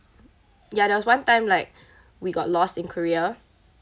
ya there was one time like we got lost in korea